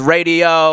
Radio